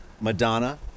Madonna